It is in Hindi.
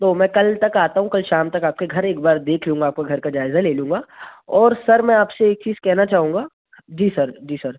तो मैं कल तक आता हूँ कल शाम तक आपके घर एक बार देख लूँगा आपको घर का जाएज़ा ले लूँगा और सर में आप से एक चीज़ कहना चाहूँगा जी सर जी सर